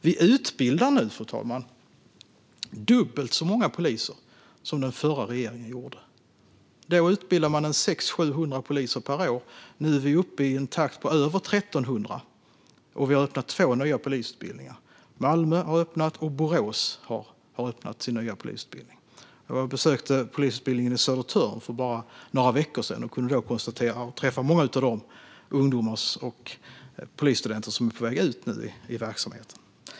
Nu utbildar vi dubbelt så många poliser som den förra regeringen gjorde. Då utbildade man 600-700 poliser per år. Nu är vi uppe i en takt på över 1 300, och vi har öppnat två nya polisutbildningar, i Malmö och Borås. Jag besökte polisutbildningen i Södertörn för bara några veckor sedan och träffade många av de ungdomar och polisstudenter som är på väg ut i verksamheten.